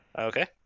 Okay